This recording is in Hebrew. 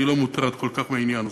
אני לא מוטרד כל כך מהעניין הזה.